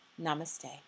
Namaste